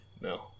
no